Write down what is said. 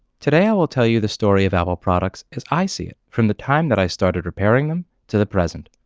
today i will tell you the story of apple products as i see it. from the time that i started repairing them to the present.